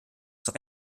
zur